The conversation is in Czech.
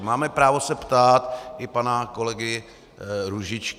Máme právo se ptát i pana kolegy Růžičky.